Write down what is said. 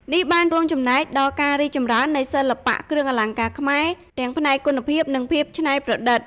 នេះបានរួមចំណែកដល់ការរីកចម្រើននៃសិល្បៈគ្រឿងអលង្ការខ្មែរ ទាំងផ្នែកគុណភាព និងភាពច្នៃប្រឌិត។